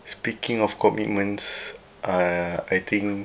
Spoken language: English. speaking of commitments uh I think